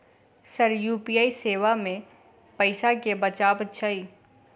Sir UPI सेवा मे पैसा केँ बचाब छैय?